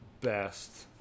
best